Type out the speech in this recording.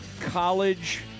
college